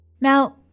Now